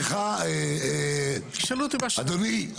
סליחה, אדוני.